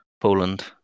Poland